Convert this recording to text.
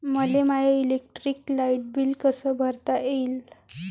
मले माय electric light bill कस भरता येईल?